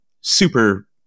super